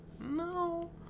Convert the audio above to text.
No